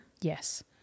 Yes